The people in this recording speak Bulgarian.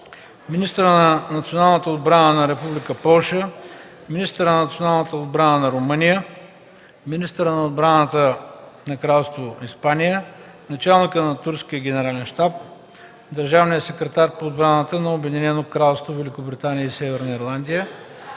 министъра на националната отбрана на Република Полша, министъра на националната отбрана на Румъния, министъра на отбраната на Кралство Испания, началника на Турския Генерален щаб, държавния секретар по отбраната на Обединеното кралство Великобритания и Северна Ирландия,